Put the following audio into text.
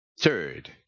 Third